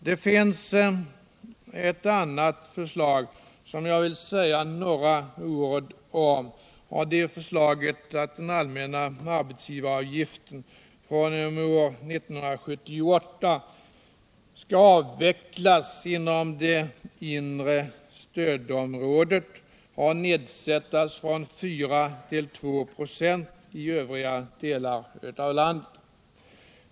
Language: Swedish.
Jag vill också säga några ord om ett annat förslag, nämligen förslaget att den allmänna arbetsgivaravgiften fr.o.m. år 1978 skall avvecklas inom det inre stödområdet och nedsättas från 4 till 2 96 i de övriga delarna av landet.